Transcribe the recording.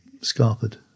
scarpered